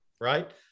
right